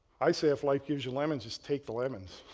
i say if life gives you lemons, just take the lemons.